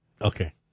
Okay